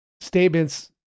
statements